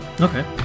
Okay